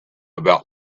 about